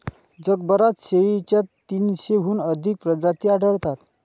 जगभरात शेळीच्या तीनशेहून अधिक प्रजाती आढळतात